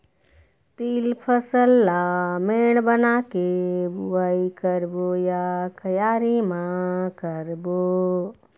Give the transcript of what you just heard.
तील फसल ला मेड़ बना के बुआई करबो या क्यारी म करबो?